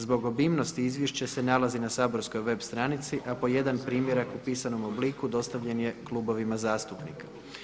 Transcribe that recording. Zbog obimnosti izvješće se nalazi na saborskoj web stranici, a po jedan primjerak u pisanom obliku dostavljen je klubovima zastupnika.